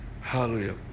hallelujah